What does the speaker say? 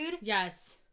Yes